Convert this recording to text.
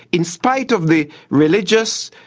in spite of the religious,